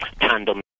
Tandem